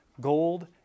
Gold